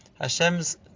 Hashem's